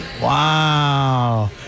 Wow